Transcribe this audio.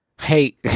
Hey